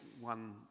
one